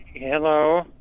Hello